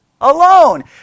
alone